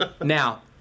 Now